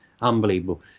Unbelievable